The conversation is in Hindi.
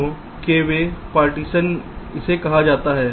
तो k way पार्टीशन इसे कहा जाता है